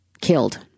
killed